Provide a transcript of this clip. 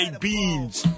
beans